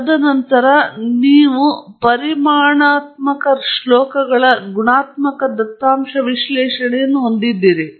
ತದನಂತರ ನೀವು ಪರಿಮಾಣಾತ್ಮಕ ಶ್ಲೋಕಗಳ ಗುಣಾತ್ಮಕ ದತ್ತಾಂಶ ವಿಶ್ಲೇಷಣೆಯನ್ನು ಹೊಂದಿದ್ದೀರಿ